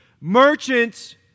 Merchants